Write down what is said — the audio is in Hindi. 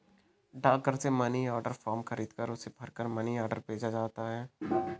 डाकघर से मनी ऑर्डर फॉर्म खरीदकर उसे भरकर मनी ऑर्डर भेजा जा सकता है